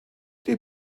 die